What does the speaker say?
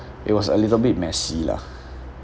it was a little bit messy lah